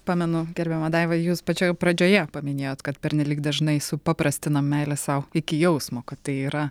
pamenu gerbiama daiva jūs pačioje pradžioje paminėjot kad pernelyg dažnai supaprastinam meilę sau iki jausmo kad tai yra